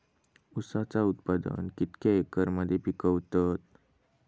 ऊसाचा उत्पादन कितक्या एकर मध्ये पिकवतत?